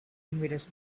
invaders